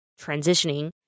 transitioning